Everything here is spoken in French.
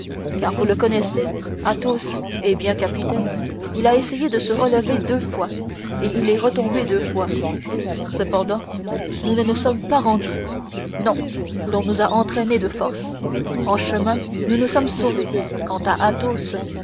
car vous le connaissez athos eh bien capitaine il a essayé de se relever deux fois et il est retombé deux fois cependant nous ne nous sommes pas rendus non l'on nous a entraînés de force en chemin nous nous sommes sauvés quant à athos